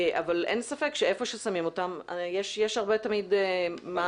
אבל אין ספק שאיפה ששמים אותם יש תמיד הרבה מענות וטענות.